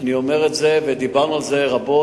אני אומר את זה ודיברנו על זה רבות,